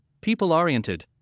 people-oriented